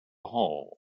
hall